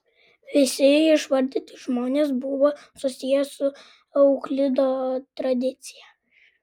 visi išvardyti žmonės buvo susiję su euklido tradicija